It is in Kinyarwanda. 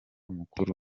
mukuru